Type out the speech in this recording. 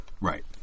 Right